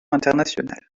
internationales